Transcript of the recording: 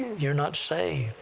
you're not saved!